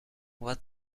what